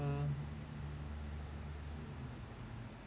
um